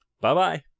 Bye-bye